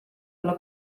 olla